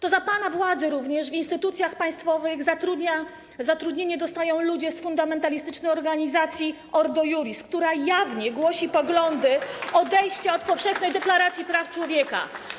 To za pana władzy również w instytucjach państwowych zatrudnienie dostają ludzie z fundamentalistycznej organizacji Ordo Iuris, która jawnie głosi poglądy odejścia od Powszechnej Deklaracji Praw Człowieka.